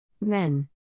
Men